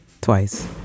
twice